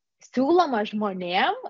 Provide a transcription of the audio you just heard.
siūloma žmonėm